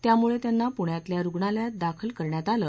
त्यामुळे त्यांना पुण्यातल्या रुग्णालयात दाखल करण्यात आले